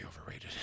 overrated